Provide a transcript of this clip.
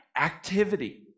activity